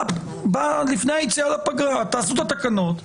עוד לפני היציאה לפגרה תעשו את התקנות,